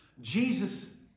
Jesus